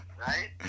right